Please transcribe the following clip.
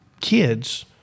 kids